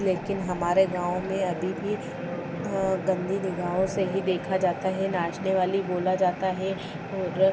लेकिन हमारे गाँव में अभी भी गन्दी निगाहों से ही देखा जाता है नाचनेवाली बोला जाता है और